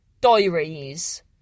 Diaries